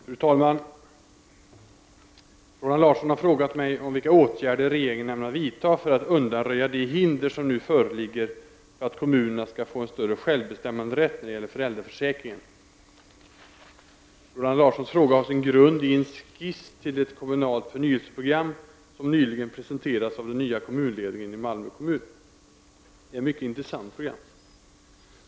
Fru talman! Roland Larsson har frågat mig om vilka åtgärder regeringen ämnar vidta för att undanröja de hinder som nu föreligger för att kommunerna skall få en större självbestämmanderätt när det gäller föräldraförsäkringen. Roland Larssons fråga har sin grund i en skiss till ett kommunalt förnyelseprogram som nyligen presenterats av den nya kommunledningen i Malmö kommun. Det är ett mycket intressant program.